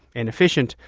an efficient,